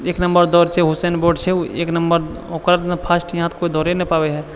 एक नम्बर दौड़ छै हुसैन बोल्ट छै ओ एक नम्बर ओकरासँ फास्ट तऽ यहाँ कोइ दौड़ नहि पाबै है